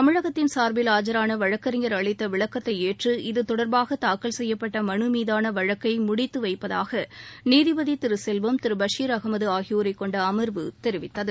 தமிழகத்தின் சார்பில் ஆஜரான வழக்கறிஞர் அளித்த விளக்கத்தை ஏற்று இது தொடர்பாக தாக்கல் செய்யப்பட்ட மனு மீதான வழக்கை முடித்து வைப்பதாக நீதிபதி செல்வம் பஷீர் அகமது ஆகியோரை கொண்ட அமர்வு தெரிவித்தது